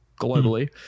globally